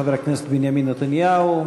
חבר הכנסת בנימין נתניהו,